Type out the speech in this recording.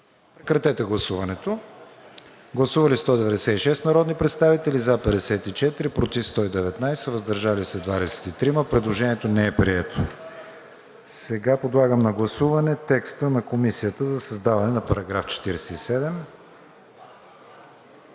прегласуване. Гласували 196 народни представители: за 54, против 119, въздържали се 23. Предложението не е прието. Сега подлагам на гласуване текста на Комисията за създаване на § 47.